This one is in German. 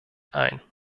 ein